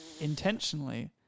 intentionally